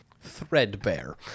threadbare